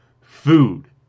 food